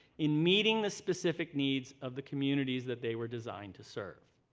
in meeting the specific needs of the communities that they were designed to serve.